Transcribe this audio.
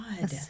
God